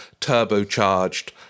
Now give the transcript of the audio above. turbocharged